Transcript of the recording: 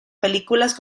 películas